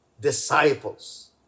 disciples